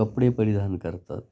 कपडे परिधान करतात